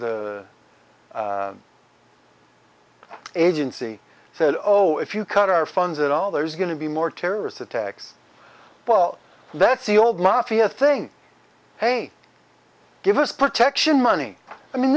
the agency said oh if you cut our funds at all there's going to be more terrorist attacks well that's the old mafia thing hey give us protection money i mean